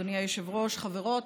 אדוני היושב-ראש, חברות